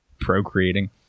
procreating